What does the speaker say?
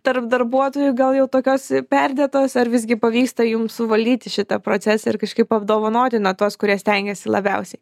tarp darbuotojų gal jau tokios perdėtos ar visgi pavyksta jums suvaldyti šitą procesą ir kažkaip apdovanoti na tuos kurie stengiasi labiausiai